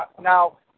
Now